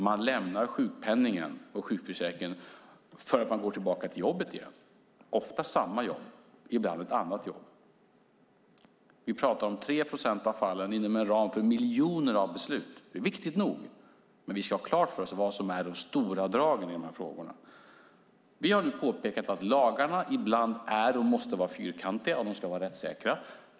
Man lämnar sjukpenningen och sjukförsäkringen för att man går tillbaka till jobbet igen, ofta samma jobb, ibland ett annat jobb. Vi pratar om 3 procent av fallen inom en ram för miljoner av beslut. Det är viktigt nog, men vi ska ha klart för oss vad som är de stora dragen i de här frågorna. Vi har nu påpekat att lagarna ibland är och måste vara fyrkantiga om de ska vara rättssäkra.